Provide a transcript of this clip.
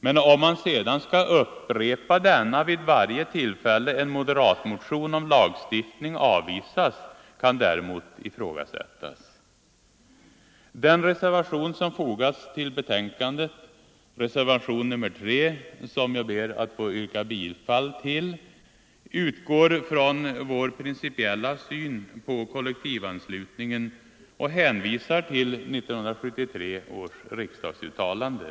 Men om man sedan skall upprepa denna vid varje tillfälle som en moderatmotion om lagstiftning avvisas kan ifrågasättas. Den vid utskottets betänkande fogade reservationen 3, som jag ber att få yrka bifall till, utgår från vår principiella syn på kollektivanslutningen och hänvisar till 1973 års riksdagsuttalande.